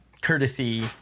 courtesy